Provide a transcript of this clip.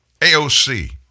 AOC